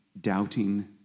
doubting